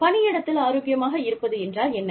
பணியிடத்தில் ஆரோக்கியமாக இருப்பது என்றால் என்ன